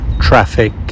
traffic